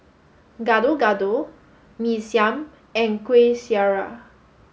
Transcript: Gado Gado Mee Siam and Kueh Syara